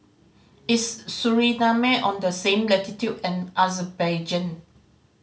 is Suriname on the same latitude as Azerbaijan